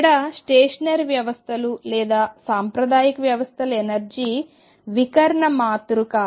ఇక్కడ స్టేషనరీ వ్యవస్థలు లేదా సాంప్రదాయిక వ్యవస్థల ఎనర్జీ వికర్ణ మాతృక